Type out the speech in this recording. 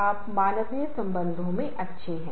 तो ये सभी स्टाइल अच्छे हैं